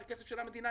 זה כסף של המדינה,